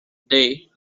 they